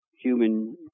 human